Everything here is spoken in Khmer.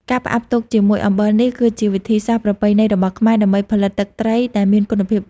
ការផ្អាប់ទុកជាមួយ អំបិលនេះគឺជាវិធីសាស្ត្រប្រពៃណីរបស់ខ្មែរដើម្បីផលិតទឹកត្រីដែលមានគុណភាព។